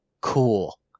cool